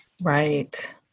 Right